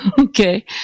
Okay